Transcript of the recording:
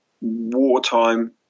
wartime